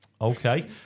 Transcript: okay